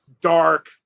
dark